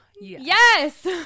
yes